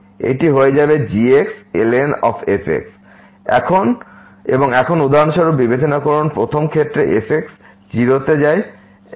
এটি হয়ে যাবে g ln f এবং এখন উদাহরণস্বরূপ বিবেচনা করুন 1 ম ক্ষেত্রে যখন f 0 তে যায়